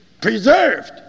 Preserved